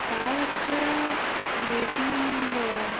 ಚಾಲಕರ ರೇಟಿಂಗ್